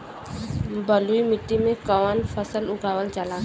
बलुई मिट्टी में कवन फसल उगावल जाला?